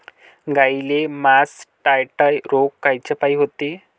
गाईले मासटायटय रोग कायच्यापाई होते?